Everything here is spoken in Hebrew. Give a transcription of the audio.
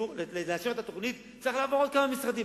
לאשר את התוכנית, צריך לעבור עוד כמה משרדים.